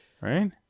right